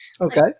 okay